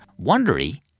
Wondery